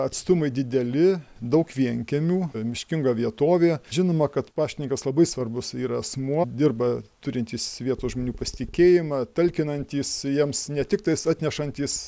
atstumai dideli daug vienkiemių miškinga vietovė žinoma kad paštininkas labai svarbus yra asmuo dirba turintys vietos žmonių pasitikėjimą talkinantys jiems ne tik tais atnešantys